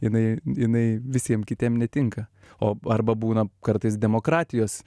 jinai jinai visiem kitiem netinka o arba būna kartais demokratijos